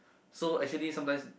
so actually sometimes